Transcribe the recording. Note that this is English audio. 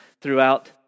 throughout